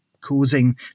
causing